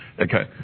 Okay